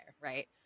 Right